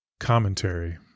commentary